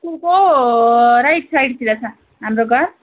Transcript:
पुलको राइट साइडतिर छ हाम्रो घर